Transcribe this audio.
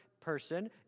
person